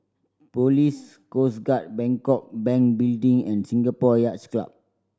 Police Coast Guard Bangkok Bank Building and Singapore Yacht Club